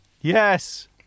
Yes